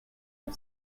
for